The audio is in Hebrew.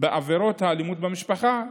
בעבירות האלימות במשפחה,